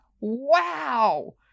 Wow